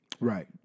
Right